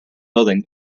building